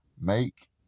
Make